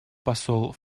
посол